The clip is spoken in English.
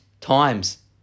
times